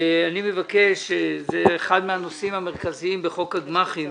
זה אחד הנושאים המרכזיים בחוק הגמ"חים